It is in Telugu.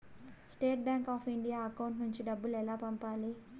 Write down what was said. స్టేట్ బ్యాంకు ఆఫ్ ఇండియా అకౌంట్ నుంచి డబ్బులు ఎలా పంపాలి?